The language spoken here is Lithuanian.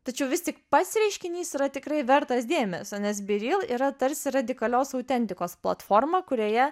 tačiau vis tik pats reiškinys yra tikrai vertas dėmesio nes bereal yra tarsi radikalios autentikos platforma kurioje